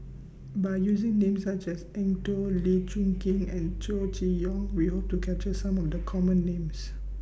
By using Names such as Eng Tow Lee Choon Kee and Chow Chee Yong We Hope to capture Some of The Common Names